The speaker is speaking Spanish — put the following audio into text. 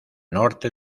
norte